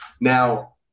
Now